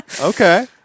Okay